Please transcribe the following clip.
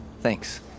Thanks